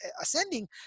ascending